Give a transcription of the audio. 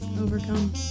overcome